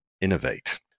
innovate